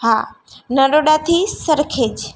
હા નરોડાથી સરખેજ